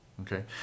okay